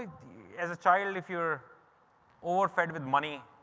as a child if you're overfed with money,